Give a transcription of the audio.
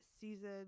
season